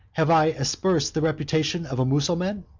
have i aspersed the reputation of a mussulman?